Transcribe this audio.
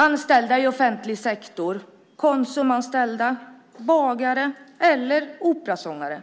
Anställda i offentlig sektor, Konsumanställda, bagare, operasångare,